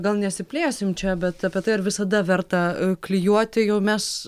gal nesiplėsim čia bet apie tai ar visada verta klijuoti jau mes